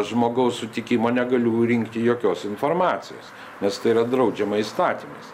žmogaus sutikimo negaliu rinkti jokios informacijos nes tai yra draudžiama įstatymais